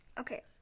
Okay